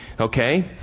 Okay